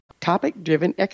Topic-driven